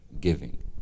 Giving